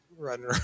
running